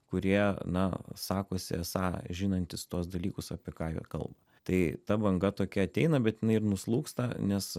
kurie na sakosi esą žinantys tuos dalykus apie ką jie kalba tai ta banga tokia ateina bet jinai ir nuslūgsta nes